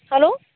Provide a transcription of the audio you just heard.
hello